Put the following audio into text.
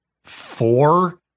four